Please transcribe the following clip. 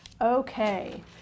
okay